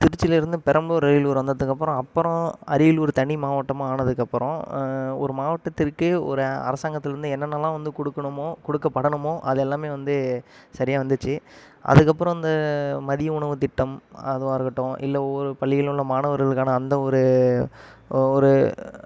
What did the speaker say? திருச்சிலேருந்து பெரம்பலூர் ரெயிலூர் வந்ததுக்கு அப்பறம் அப்பறம் அரியலூர் தனி மாவட்டமாக ஆனதுக்கு அப்பறம் ஒரு மாவட்டத்திற்கு ஒரு அரசாங்கத்திலிருந்து என்னென்னலாம் வந்து கொடுக்கனுமோ கொடுக்கப்படனுமோ அது எல்லாமே வந்து சரியாக வந்துச்சு அதுக்கு அப்பறம் அந்த மதிய உணவு திட்டம் அதுவாகருக்கட்டும் இல்லை ஒவ்வொரு பள்ளிகள்ல உள்ள மாணவர்களுக்கான அந்த ஒரு ஒரு